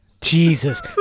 Jesus